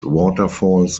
waterfalls